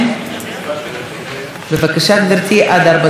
בבקשה, גברתי, עד ארבע דקות לרשותך.